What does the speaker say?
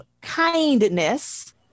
kindness